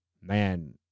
man